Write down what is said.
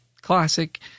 classic